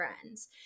friends